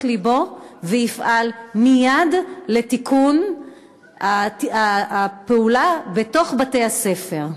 לבו ויפעל מייד לתיקון הפעולה בתוך בתי-הספר?